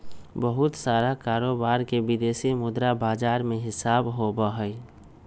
बहुत सारा कारोबार के विदेशी मुद्रा बाजार में हिसाब होबा हई